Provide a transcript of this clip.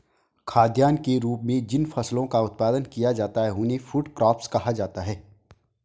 खाद्यान्न के रूप में जिन फसलों का उत्पादन किया जाता है उन्हें फूड क्रॉप्स कहा जाता है